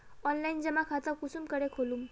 Online जमा खाता कुंसम करे खोलूम?